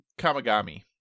Kamigami